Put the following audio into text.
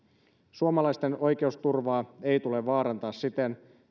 suomalaisten oikeusturvaa ei tule vaarantaa siten